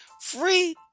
free